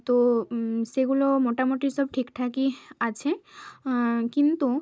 তো সেগুলো মোটামুটি সব ঠিকঠাকই আছে কিন্তু